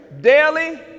daily